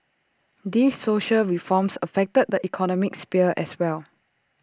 these social reforms affect the economic sphere as well